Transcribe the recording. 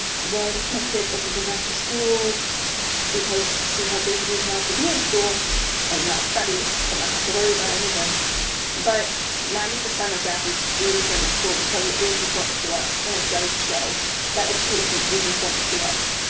what if my kid doesn't go back to school because you see how great it is not to be in school and not study and not have to worry about anything but ninety percent of gappers do return to school because it is important to us and it does show that education is important to us.